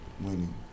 winning